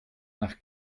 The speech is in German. nach